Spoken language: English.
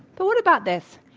but what about this?